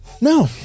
No